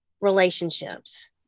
relationships